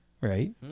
right